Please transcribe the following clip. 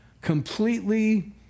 completely